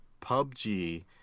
PUBG